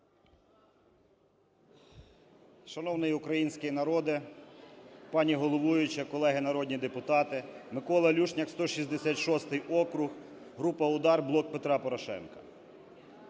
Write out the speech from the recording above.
Шановний український народе, пані головуюча, колеги народні депутати! Микола Люшняк, 166 округ, група "УДАР", "Блок Петра Порошенка".